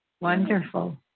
Wonderful